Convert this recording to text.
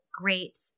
great